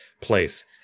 place